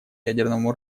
ядерному